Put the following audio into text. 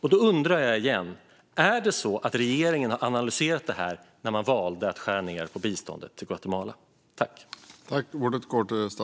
Jag undrar igen om regeringen analyserat detta när man valde att skära ned på biståndet till Guatemala.